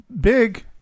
big